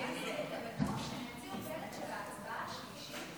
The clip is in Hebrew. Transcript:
חבר הכנסת עופר כסיף,